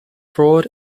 fraud